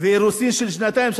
ואירוסים של שנתיים,